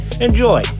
enjoy